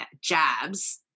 jabs